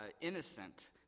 innocent